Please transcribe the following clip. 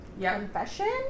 confession